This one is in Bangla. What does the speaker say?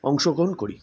অংশগ্রহণ করি